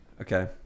Okay